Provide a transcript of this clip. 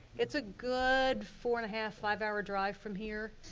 it's a good four and a half, five hour drive from here.